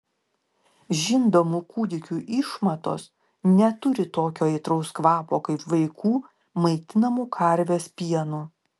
žindomų kūdikių išmatos neturi tokio aitraus kvapo kaip vaikų maitinamų karvės pienu